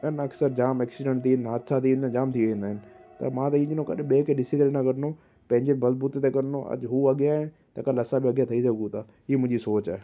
अन अक्सरि jam accident थी वेंदा हादिसा थी वेंदा आहिनि जाम थी वेंदा आहिनि त मां त इन दिनो काॾे ॿिए खे ॾिसी करे न करिणो पंहिंजे बलबूते ते करिणो अॼु हू अॻियां आहे त काल्ह असां बि अॻियां थी सघूं था हीअ मुंहिंजी सोचु आहे